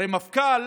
הרי מפכ"ל